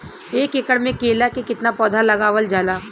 एक एकड़ में केला के कितना पौधा लगावल जाला?